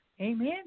Amen